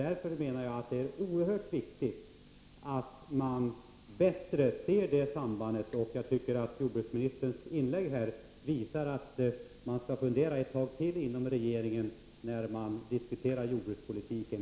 Därför menar jag att det är oerhört viktigt att man bättre ser det sambandet. Jag tycker att jordbruksministerns inlägg visar att regeringen borde fundera ännu mer när den diskuterar jordbrukspolitiken.